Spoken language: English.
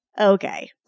okay